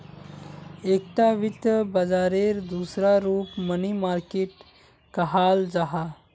एकता वित्त बाजारेर दूसरा रूप मनी मार्किट कहाल जाहा